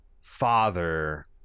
father